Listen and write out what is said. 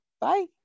bye